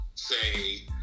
say